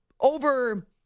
over